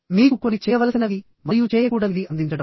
మీకు కొన్ని చేయవలసినవి మరియు చేయకూడనివి అందించడం